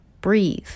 breathe